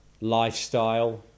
lifestyle